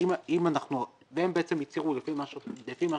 והם הצהירו לפי מה שאת אומרת,